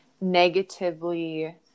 negatively